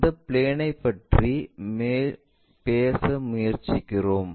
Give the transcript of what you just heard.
எந்த பிளேன்ஐ பற்றி பேச முயற்சிக்கிறோம்